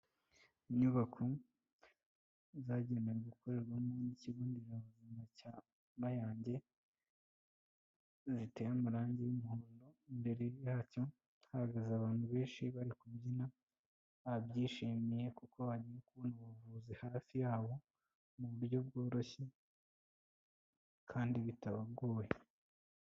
Inyubako zagenewe gukorerwamo n'ikigo nderabuzima cya Mayange, giteye amarangi y'umuhondo. Mbere ya cyo hahagaze abantu benshi bari kubyina, babyishimiye kuko barimo kubona ubuvuzi hafi yabo mu buryo bworoshye kandi bitabagoye.